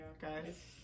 guys